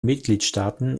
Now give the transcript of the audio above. mitgliedstaaten